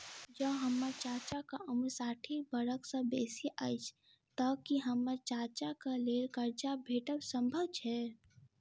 जँ हम्मर चाचाक उम्र साठि बरख सँ बेसी अछि तऽ की हम्मर चाचाक लेल करजा भेटब संभव छै?